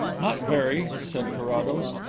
not very, said carrados.